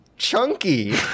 chunky